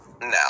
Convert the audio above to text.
now